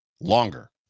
longer